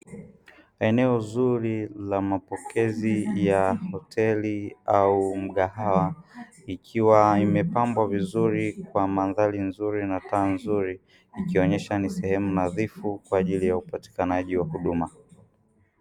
Eneo zuri la mapokezi ya hoteli au mgahawa, ikiwa imepambwa vizuri kwa mandhari nzuri na taa nzuri, ikionyesha ni sehemu nadhifu kwa ajili ya upatikanaji wa huduma.